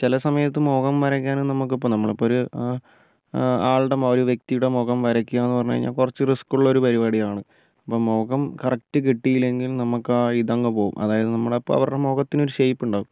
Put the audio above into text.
ചില സമയത്ത് മുഖം വരയ്ക്കാനും നമുക്കിപ്പോൾ നമ്മളിപ്പോൾ ഒരു ആളുടെ ഒരു വ്യക്തിയുടെ മുഖം വരയ്ക്കുക എന്ന് പറഞ്ഞ് കഴിഞ്ഞാൽ കുറച്ച് റിസ്ക്കുള്ള പരിപാടിയാണ് അപ്പം മുഖം കറക്റ്റ് കിട്ടിയില്ലെങ്കിൽ നമുക്കാ ഇതങ്ങു പോകും അതായത് നമ്മളിപ്പമവരുടെ മുഖത്തിനൊരു ഷേപ്പുണ്ടാവും